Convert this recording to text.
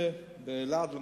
באלעד למשל.